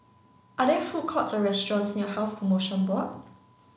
are there food courts or restaurants near Health Promotion Board